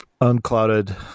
unclouded